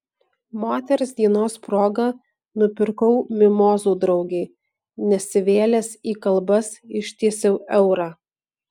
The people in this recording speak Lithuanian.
moters dienos proga nupirkau mimozų draugei nesivėlęs į kalbas ištiesiau eurą